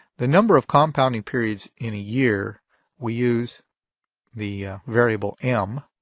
the number of compounding periods in a year we use the variable m.